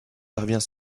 parvient